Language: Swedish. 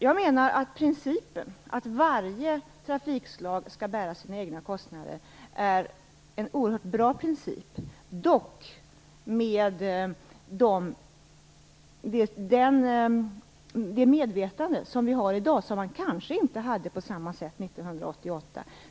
Jag menar att principen att varje trafikslag skall bära sina egna kostnader är en oerhört bra princip, dock med det medvetande som vi har i dag och som man kanske inte hade på samma sätt 1988.